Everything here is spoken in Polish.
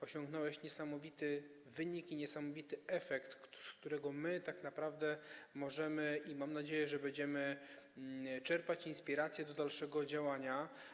Osiągnąłeś niesamowity wynik, niesamowity efekt, z którego my tak naprawdę możemy, mam nadzieję, że będziemy, czerpać inspirację do dalszego działania.